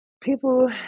People